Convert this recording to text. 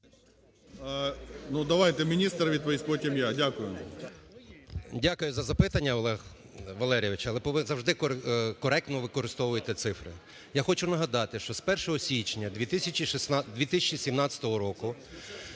Дякую за запитання, Олег Валерійович. Але завжди коректно використовуйте цифри. Я хочу нагадати, що з 1 січня 2017 року